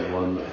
one